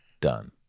Done